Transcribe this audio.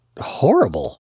horrible